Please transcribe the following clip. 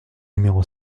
numéro